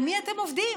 על מי אתם עובדים?